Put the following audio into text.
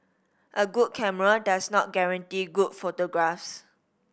a good camera does not guarantee good photographs